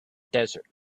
desert